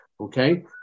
Okay